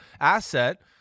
asset